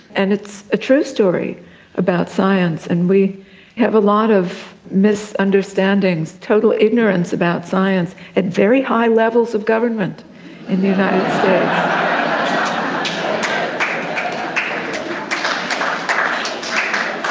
and it's a true story about science and we have a lot of misunderstandings, total ignorance about science at very high levels of government in the united um